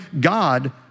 God